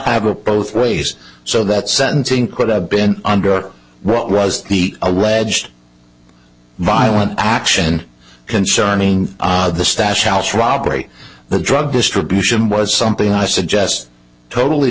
have a both ways so that sentencing could have been under what was the a wedge violent action concerning the stash house robbery the drug distribution was something i suggest totally